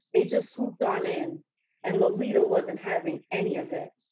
they just swooped on in and lolita wasn't having any of it.